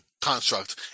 construct